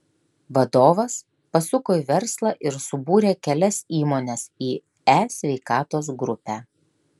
vadovas pasuko į verslą ir subūrė kelias įmones į e sveikatos grupę